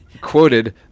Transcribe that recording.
Quoted